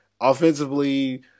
offensively